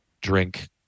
drink